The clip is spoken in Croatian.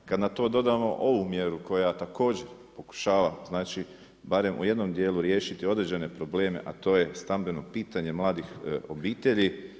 Kad na to dodamo ovu mjeru koja također pokušava barem u jednom djelu riješiti određene probleme, a to je stambeno pitanje mladih obitelji.